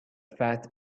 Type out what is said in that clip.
fat